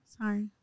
Sorry